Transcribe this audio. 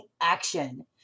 action